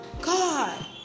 god